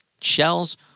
shells